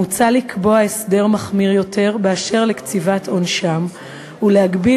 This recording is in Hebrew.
מוצע לקבוע הסדר מחמיר יותר באשר לקציבת עונשם של אסירים כאמור ולהגביל